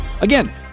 Again